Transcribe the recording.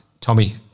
Tommy